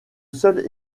seul